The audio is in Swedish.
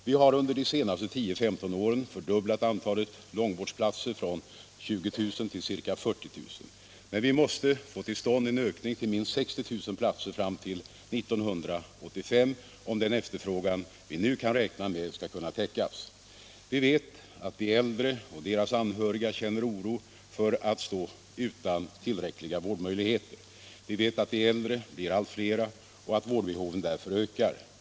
Vi har under de senaste 10-15 åren fördubblat antalet långvårdsplatser från 20000 till ca 40 000, men vi måste få till stånd en ökning till minst 60 000 platser fram till 1985 om den efterfrågan vi nu kan räkna med skall kunna täckas. Vi vet att de äldre och deras anhöriga känner oro för att stå utan tillräckliga vårdmöjligheter. Vi vet att de äldre blir allt fler och att vårdbehovet därför ökar.